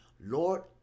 Lord